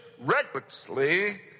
recklessly